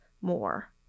more